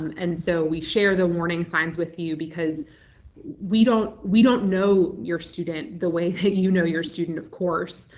and so we share the warning signs with you because we don't we don't know your student the way that you know your student, of course,